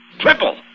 Triple